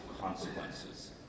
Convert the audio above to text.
Consequences